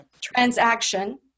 transaction